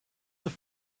have